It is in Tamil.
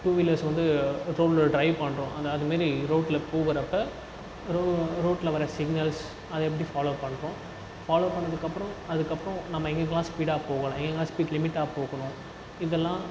டூ வீலர்ஸ் வந்து ரோட்டில் ட்ரைவ் பண்ணுறோம் அந்த அதுமாரி ரோட்டில் போகிறப்ப ரோ ரோட்டில் வர்ற சிக்னல்ஸ் அதை எப்படி ஃபாலோவ் பண்ணுறோம் ஃபாலோவ் பண்ணதுக்கு அப்புறம் அதுக்கு அப்புறம் நம்ம எங்கேங்கலாம் ஸ்பீடாக போகலாம் எங்கேங்கலாம் ஸ்பீட் லிமிட்டாக போகணும் இதெல்லாம்